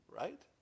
Right